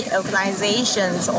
organizations